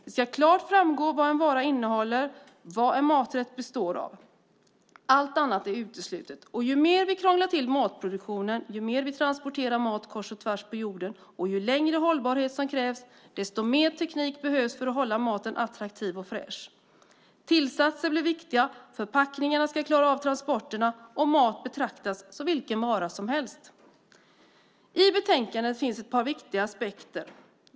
Det ska klart framgå vad en vara innehåller och vad en maträtt består av. Allt annat är uteslutet. Ju mer vi krånglar till matproduktionen, ju mer vi transporterar mat kors och tvärs på jorden och ju längre hållbarhet som krävs, desto mer teknik behövs för att hålla maten attraktiv och fräsch. Tillsatser blir viktiga, förpackningar ska klara av transporter och mat betraktas som vilken vara som helst. I betänkandet finns ett par viktiga aspekter.